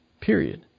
Period